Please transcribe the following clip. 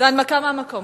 הנמקה מהמקום.